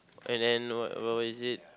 and then what is it